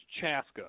Chaska